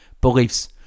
beliefs